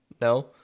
No